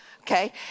okay